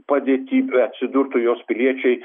padėty beatsidurtų jos piliečiai